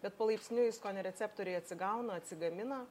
bet palaipsniui skonio receptoriai atsigauna atsigamina